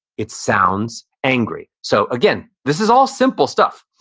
it sounds angry so again, this is all simple stuff.